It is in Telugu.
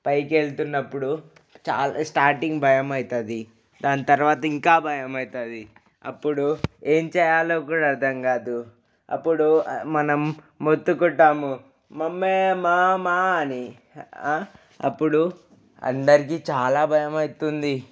పైకి వెళ్తున్నప్పుడు చాలా స్టార్టింగ్ భయమైతది దాని తర్వాత ఇంకా భయమైతది అప్పుడు ఏం చేయాలో కూడా అర్థం కాదు అప్పుడు మనం మొత్తుకుంటాము మమ్మీ మా మా అని అప్పుడు అందరికీ చాలా భయమైతుంది